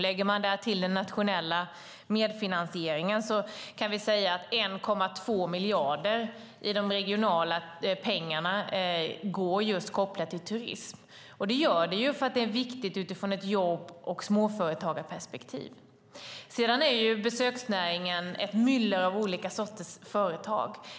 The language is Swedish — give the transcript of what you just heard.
Lägger man därtill den nationella medfinansieringen kan vi säga att 1,2 miljarder av de regionala pengarna går till projekt kopplade till turism, och det därför att det är viktigt ur ett jobb och småföretagarperspektiv. Besöksnäringen är ett myller av olika sorters företag.